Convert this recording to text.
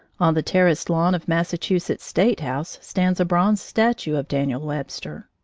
on the terraced lawn of massachusetts' state house stands a bronze statue of daniel webster.